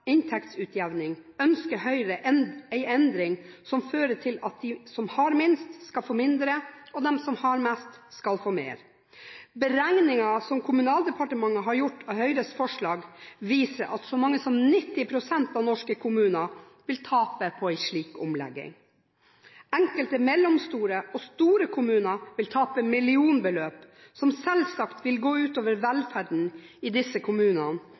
inntektsutjevning ønsker Høyre en endring som fører til at de som har minst, skal få mindre, og at de som har mest, skal få mer. Beregninger som Kommunaldepartementet har gjort av Høyres forslag, viser at så mye som 90 pst. av norske kommuner vil tape på en slik omlegging. Enkelte mellomstore og store kommuner vil tape millionbeløp, noe som selvsagt vil gå ut over velferden i disse kommunene,